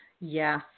Yes